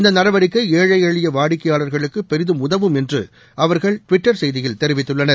இந்த நடவடிக்கை ஏழை எளிய வாடிக்கையாளர்களுக்கு பெரிதும் உதவும் என்று அவர்கள் ட்விட்டர் செய்தியில் தெரிவித்துள்ளனர்